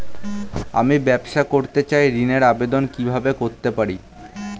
আমি ব্যবসা করতে চাই ঋণের আবেদন কিভাবে করতে পারি?